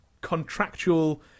contractual